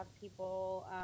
people